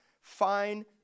fine